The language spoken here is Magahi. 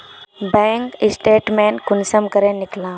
बैंक स्टेटमेंट कुंसम करे निकलाम?